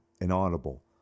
inaudible